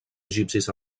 egipcis